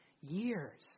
years